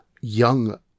young